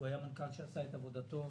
והוא היה מנכ"ל שעשה את עבודתו.